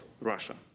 Russia